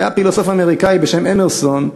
היה פילוסוף אמריקני בשם אמרסון,